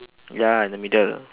ya in the middle